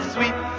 Sweet